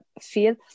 feel